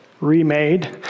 remade